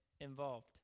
involved